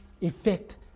effect